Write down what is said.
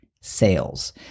sales